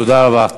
תודה רבה.